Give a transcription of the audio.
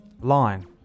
line